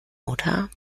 oder